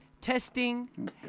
testing